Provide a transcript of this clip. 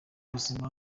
buzima